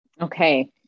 Okay